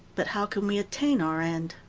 but how can we attain our end?